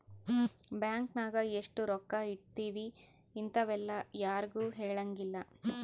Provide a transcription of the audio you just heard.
bank ನಾಗ ಎಷ್ಟ ರೊಕ್ಕ ಇಟ್ತೀವಿ ಇಂತವೆಲ್ಲ ಯಾರ್ಗು ಹೆಲಂಗಿಲ್ಲ